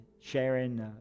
sharing